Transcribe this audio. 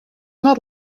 not